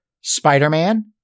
Spider-Man